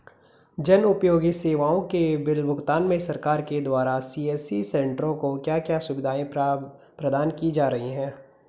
जन उपयोगी सेवाओं के बिल भुगतान में सरकार के द्वारा सी.एस.सी सेंट्रो को क्या क्या सुविधाएं प्रदान की जा रही हैं?